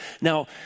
Now